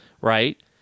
right